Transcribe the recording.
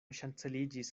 ŝanceliĝis